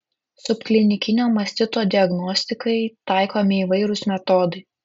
subklinikinio mastito diagnostikai taikomi įvairūs metodai